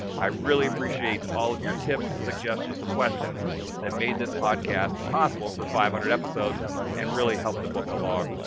i really appreciate all of your tips, suggestions, questions that made this podcast possible for five hundred episodes and really helped the book along.